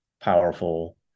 powerful